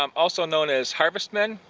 um also known as harvestmen,